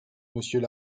monsieur